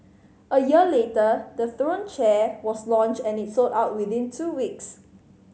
a year later the Throne chair was launched and it sold out within two weeks